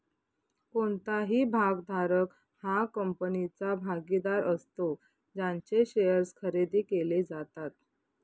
कोणताही भागधारक हा कंपनीचा भागीदार असतो ज्यांचे शेअर्स खरेदी केले जातात